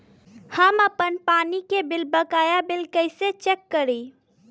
हम आपन पानी के बकाया बिल कईसे चेक करी?